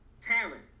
talent